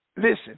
Listen